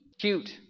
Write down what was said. Cute